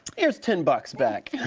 here's ten bucks back.